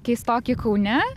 keistoki kaune